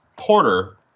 Porter